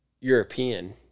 European